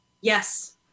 Yes